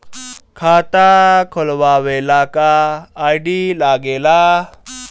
खाता खोलवावे ला का का आई.डी लागेला?